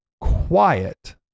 quiet